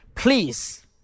Please